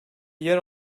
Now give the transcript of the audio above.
yer